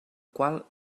qual